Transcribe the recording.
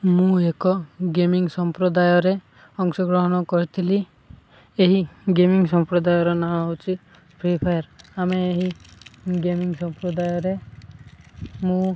ମୁଁ ଏକ ଗେମିଂ ସମ୍ପ୍ରଦାୟରେ ଅଂଶଗ୍ରହଣ କରିଥିଲି ଏହି ଗେମିଂ ସମ୍ପ୍ରଦାୟର ନାଁ ହେଉଛି ଫ୍ରି ଫାୟାର୍ ଆମେ ଏହି ଗେମିଂ ସମ୍ପ୍ରଦାୟରେ ମୁଁ